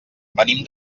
venim